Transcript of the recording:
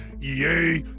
EA